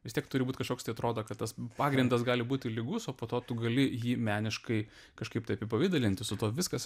vis tiek turi būt kažkoks tai atrodo kad tas pagrindas gali būti lygus o po to tu gali jį meniškai kažkaip tai apipavidalinti su tuo viskas